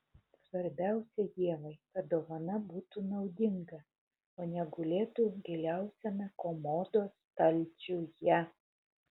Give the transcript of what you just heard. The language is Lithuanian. svarbiausia ievai kad dovana būtų naudinga o ne gulėtų giliausiame komodos stalčiuje